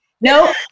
No